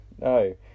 No